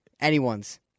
Anyone's